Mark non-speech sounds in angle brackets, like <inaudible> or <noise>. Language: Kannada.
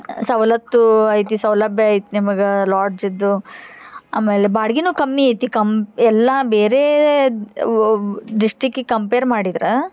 ಸವಲತ್ತೂ ಐತಿ ಸೌಲಭ್ಯ ಐತಿ ನಿಮಗೆ ಲಾಡ್ಜಿದು ಆಮೇಲೆ ಬಾಡ್ಗೆನು ಕಮ್ಮಿ ಐತಿ ಕಮ್ ಎಲ್ಲಾ ಬೇರೆ <unintelligible> ಡಿಸ್ಟಿಕ್ಕಿಗೆ ಕಂಪೇರ್ ಮಾಡಿದ್ರೆ